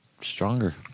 stronger